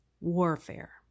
warfare